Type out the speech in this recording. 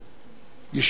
ישיבה זאת,